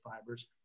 fibers